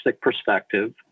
perspective